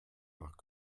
nach